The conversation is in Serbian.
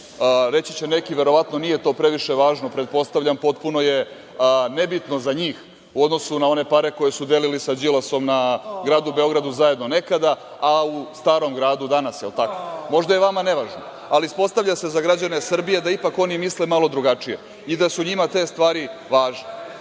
vodi. Reći će neki verovatno - nije to previše važno, pretpostavljam potpuno je nebitno za njih u odnosu na one pare koje su delili sa Đilasom na gradu Beogradu zajedno nekada, u Starom Gradu danas, jel tako? Možda je vama nevažno, ali ispostavlja se za građane Srbije da ipak oni misle malo drugačije i da su njima te stvari važne,